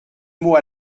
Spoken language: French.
mot